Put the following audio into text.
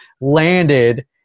landed